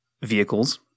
vehicles